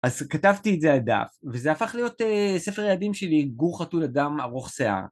אז כתבתי את זה על דף, וזה הפך להיות ספר הילדים שלי, עם גור חתול אדם ארוך שיער.